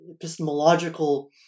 epistemological